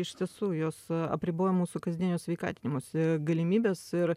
iš tiesų jos apriboja mūsų kasdienio sveikatinimosi galimybes ir